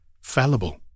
fallible